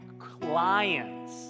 clients